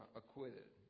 acquitted